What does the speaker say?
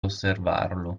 osservarlo